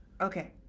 Okay